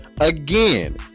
again